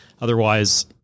otherwise